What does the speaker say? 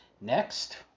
Next